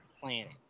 planet